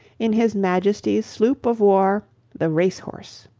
in his majesty's sloop of war the race horse.